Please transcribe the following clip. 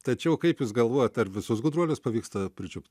tačiau kaip jūs galvojat ar visus gudruolis pavyksta pričiupt